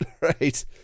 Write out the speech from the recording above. Right